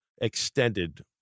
extended